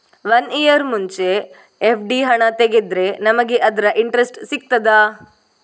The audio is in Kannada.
ವನ್ನಿಯರ್ ಮುಂಚೆ ಎಫ್.ಡಿ ಹಣ ತೆಗೆದ್ರೆ ನಮಗೆ ಅದರ ಇಂಟ್ರೆಸ್ಟ್ ಸಿಗ್ತದ?